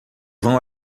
vão